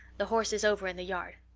the horse is over in the yard.